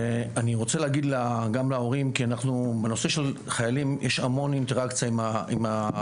אני רוצה להגיד שבנושא של חיילים יש הרבה אינטראקציה עם המשפחות.